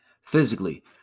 Physically